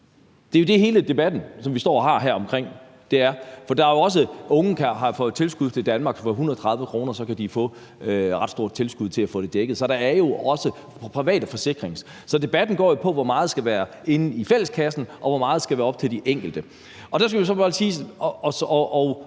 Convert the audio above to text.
Det er jo det, hele debatten, som vi står og har her, er omkring. Unge har fået tilskud fra "danmark", og for 130 kr. kan de få et ret stort tilskud til at få det dækket. Så der er jo også private forsikringer. Så debatten går jo på, hvor meget der skal komme inde fra fælleskassen, og hvor meget der skal være op til de enkelte, og jeg har heller ikke